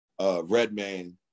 Redman